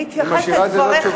היא משאירה את זה ללא תשובה.